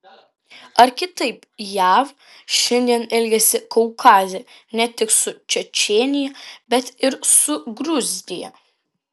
ar kitaip jav šiandien elgiasi kaukaze ne tik su čečėnija bet ir su gruzija